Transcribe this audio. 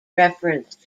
reference